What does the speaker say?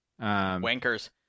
Wankers